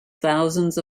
thousands